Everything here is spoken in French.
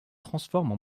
transforment